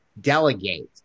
delegate